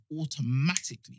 automatically